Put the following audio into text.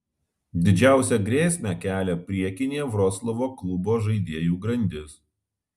didžiausią grėsmę kelia priekinė vroclavo klubo žaidėjų grandis